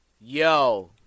Yo